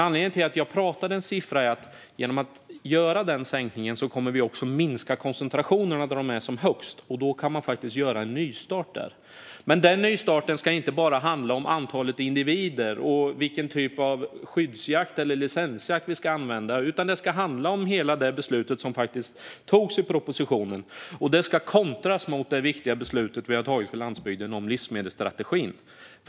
Anledningen till att jag talade om en siffra är att vi genom att göra den sänkningen kommer att minska koncentrationen där den är som högst, och då kan man göra en nystart där. Den nystarten ska inte bara handla om antalet individer och vilken typ av skyddsjakt eller licensjakt vi ska använda. Det ska handla om hela det beslut som fattades genom propositionen. Det ska kontras mot det viktiga beslutet vi har tagit för landsbygden om livsmedelsstrategin.